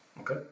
Okay